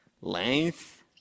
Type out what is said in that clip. Length